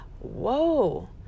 whoa